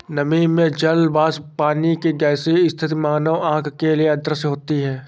नमी में जल वाष्प पानी की गैसीय स्थिति मानव आंखों के लिए अदृश्य होती है